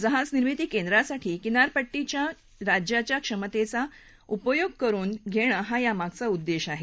जहाज निर्मिती केंद्रासाठी किनारपट्टीवरच्या राज्याच्या क्षमतेचा उपयोग करुन घेणं हा यामागचा उद्देश आहे